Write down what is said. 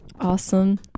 Awesome